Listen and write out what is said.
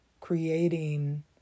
Creating